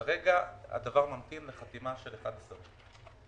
כרגע הדבר ממתין לחתימה של ---.